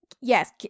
yes